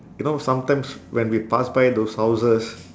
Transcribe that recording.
you know sometimes when we pass by those houses